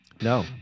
No